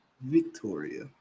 Victoria